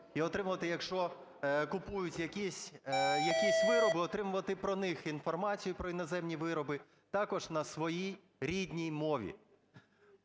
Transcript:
І отримувати, якщо купують якісь вироби, отримувати про них інформацію, про іноземні вироби, також на своїй рідній мові.